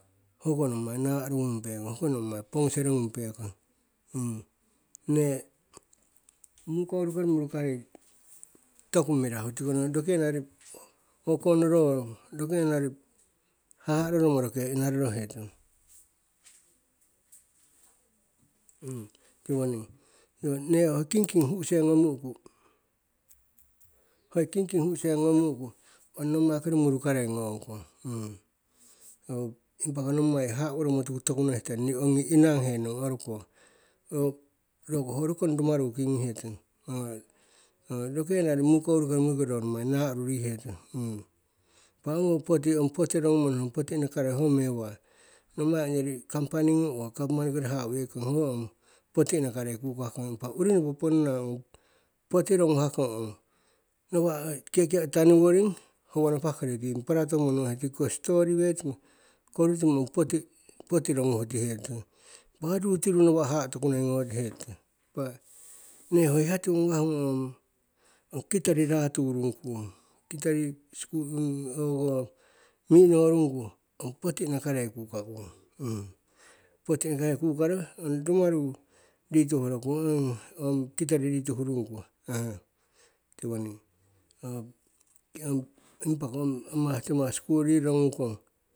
Hoko nommai na'aru ngung pekong, hoko nommai pogusere ngung pekong. Nne mukouru kori murukarei toku mirahu, tiko ro rokenari, o'oko nororomo, rokenari haha'a roromo roke inaroro hetong. tiwoning, nne, nne hoi kingking hu'use ngomu'uku, hoi kingking hu'use ngomu'uku, ong nommai kori murukarei ngong kong. impa ko nommai haha'a woromo tuku toku nohihe tong, ni ongi inanghe nong oruko. Ong, ro, roko ho rokong rumaru king ngihetong, ro rokenari mukouru kori murukiro, ro nommai na'aru rihetong. Impa ongo poti, ong poti rorogummo poti inakarei ho mewa. Nommai ongyori kampani uwa gavaman ngori haha'a we'ekong hoho ong poti inakarei kukakong, impa uri ngiko ponna ong poti roguhakong ong, nawa'a kiakia'a tanoworing, howo napa kori ping, parato monohe, tikiko stori wetimo, korutimo ongko poti, poti roguhutihe tutong. Impa ho ru tiru nawa'a haha'a tokunoi ngotihe tute, impa, nne hoi hiya tiwoning ngawah, ong kitori raturung kung. Kitori sikulu mi'inorung ku ong poti inakarei kukakung. Poti inakarei kukaro, ong rumaru rituhorokung ong kitori rituhurung ku tiwoning. ong, impa ko ong amah timah, sikulu yi roro ngung kong